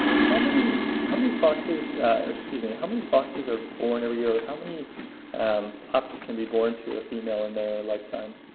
how many how many foxes are, excuse me how many foxes are born every year? ah how many pups can be born to a female in their lifetime?